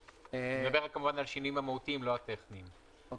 אני כמובן מדבר על השינויים המהותיים ולא על השינויים הטכניים אנחנו